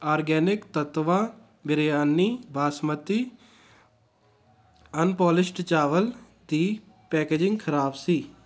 organic ਤੱਤਵਾ biryani basmati unpolished ਚਾਵਲ ਦੀ ਪੈਕੇਜਿੰਗ ਖ਼ਰਾਬ ਸੀ